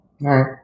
right